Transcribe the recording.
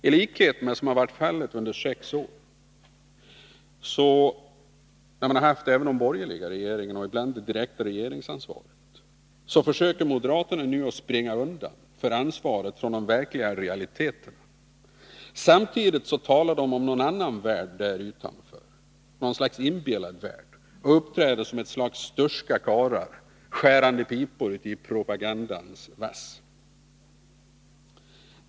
I likhet med vad som varit fallet under sex år när vi haft borgerliga regeringar försöker moderaterna nu att springa undan från ansvaret för de verkliga realiteterna, samtidigt som de talar om någon annan värld där utanför, något slags inbillad värld, och uppträder som någon sorts sturska karlar, skärande pipor i propagandans vass.